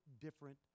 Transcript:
different